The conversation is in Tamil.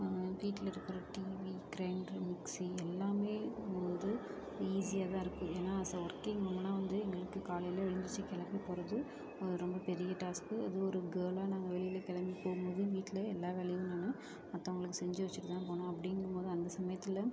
வீட்டில் இருக்கிற டிவி கிரெண்டர் மிக்ஸி எல்லாமே வந்து ஈஸியாக தான் இருக்கு ஏன்னால் அஸ் எ ஒர்கிங் உமன்னாக வந்து எங்களுக்கு காலைல எழுந்திருச்சி கிளம்பி போகிறது ரொம்ப பெரிய டாஸ்க்கு அதுவும் ஒரு கேர்ல்லா வெளியில் கிளம்பி போகும் போது வீட்டில் எல்லா வேலையும் நாம மற்றவங்களுக்கு செஞ்சி வச்சுட்டு தான் போகணும் அப்படிங்கும் போது அந்த சமயத்தில்